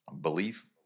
belief